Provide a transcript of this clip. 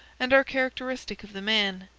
and are characteristic of the man,